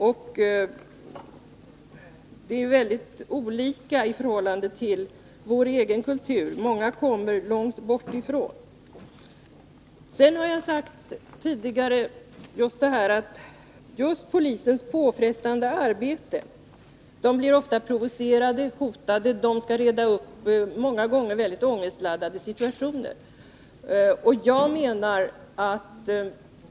Många invandrare kommer långt bortifrån och representerar kulturer som ju är väldigt olika vår egen. Jag sade tidigare att poliserna har ett påfrestande arbete. De blir ofta provocerade och hotade, och de skall många gånger reda ut mycket ångestskapande situationer.